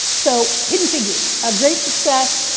so hidden figures, a great success!